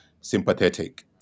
sympathetic